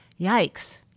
Yikes